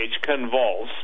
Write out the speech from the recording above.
convulse